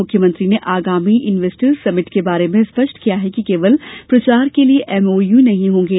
मुख्यमंत्री ने अगामी इन्वेस्टर्स समिट के बारे में स्पष्ट किया कि केवल प्रचार के लिये एमओयू नहीं होंगे